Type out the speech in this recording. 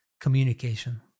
communication